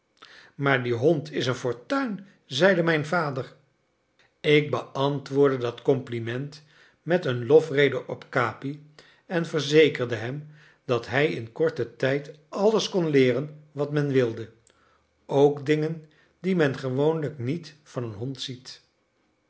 maar die hond is een fortuin zeide mijn vader ik beantwoordde dat compliment met een lofrede op capi en verzekerde hem dat hij in korten tijd alles kon leeren wat men wilde ook dingen die men gewoonlijk niet van een hond ziet